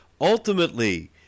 ultimately